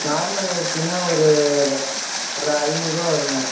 normal அரிசின்னா ஒரு ஐநூறுவா வரும்ங்க